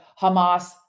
Hamas